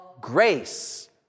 grace